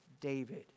David